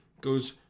goes